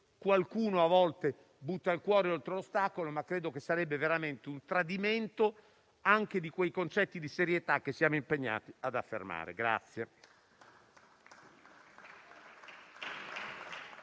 Qualcuno a volte butta il cuore oltre l'ostacolo, ma credo che sarebbe veramente un tradimento anche di quei concetti di serietà che siamo impegnati ad affermare.